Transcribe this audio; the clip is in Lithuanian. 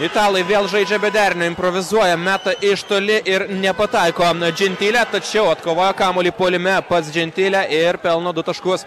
italai vėl žaidžia bet dar neimprovizuoja meta iš toli ir nepataiko džentilė tačiau atkovoję kamuolį puolime pas džentilę ir pelno du taškus